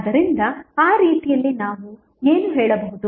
ಆದ್ದರಿಂದ ಆ ರೀತಿಯಲ್ಲಿ ನಾವು ಏನು ಹೇಳಬಹುದು